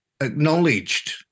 acknowledged